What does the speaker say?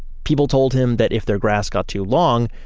people told him that if their grass got too long,